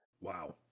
Wow